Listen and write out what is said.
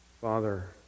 Father